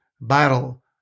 battle